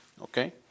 Okay